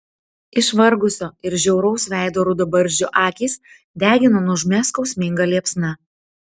išvargusio ir žiauraus veido rudabarzdžio akys degino nuožmia skausminga liepsna